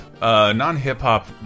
non-hip-hop